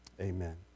Amen